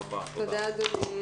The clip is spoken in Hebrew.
הישיבה ננעלה